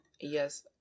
Yes